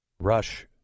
Rush